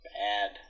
bad